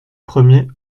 premier